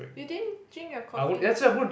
you didn't drink your coffee